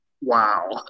Wow